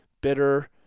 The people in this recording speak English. bitter